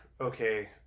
okay